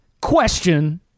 question